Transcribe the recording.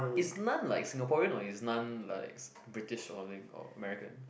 is non like Singaporean or is non likes British or something or American